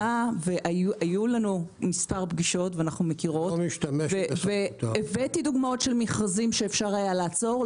היו לנו מספר פגישות והבאתי דוגמאות של מכרזים שאפשר היה לעצור.